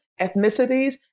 ethnicities